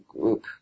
group